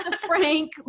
Frank